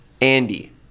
Andy